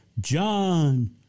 John